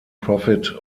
profit